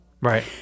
Right